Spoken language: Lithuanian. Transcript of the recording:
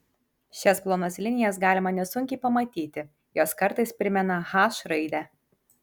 šias plonas linijas galima nesunkiai pamatyti jos kartais primena h raidę